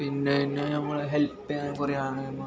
പിന്നെ എന്നെ നമ്മളെ ഹെൽപ് ചെയ്യാൻ കുറേ ആൾ മ